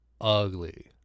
ugly